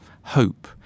hope